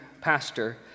Pastor